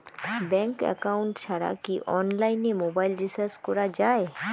Bank account ছাড়া কি অনলাইনে মোবাইল রিচার্জ করা যায়?